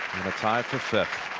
in a tie for fifth.